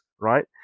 right